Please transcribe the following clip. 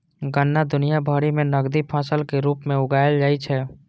गन्ना दुनिया भरि मे नकदी फसल के रूप मे उगाएल जाइ छै